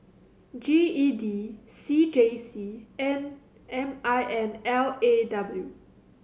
G E D C J C and M I N L A W